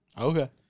Okay